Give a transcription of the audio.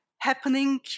happening